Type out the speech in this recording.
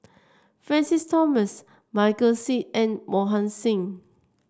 Francis Thomas Michael Seet and Mohan Singh